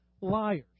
liars